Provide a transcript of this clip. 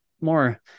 more